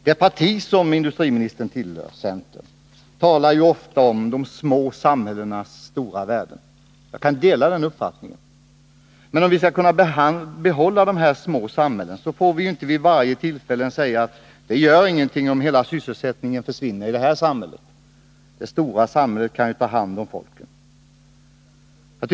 Det parti som industriministern tillhör, centerpartiet, talar ofta om de små samhällenas stora värde. Jag kan dela denna uppfattning. Men om vi skall kunna behålla dessa små samhällen, får vi inte vid varje tillfälle säga att det inte gör någonting om hela sysselsättningen försvinner i det lilla samhället därför att det stora samhället kan ta hand om människorna.